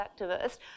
activist